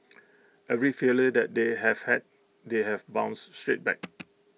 every failure that they have had they have bounced straight back